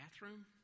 bathroom